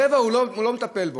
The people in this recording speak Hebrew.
ברבע הוא לא מטפל.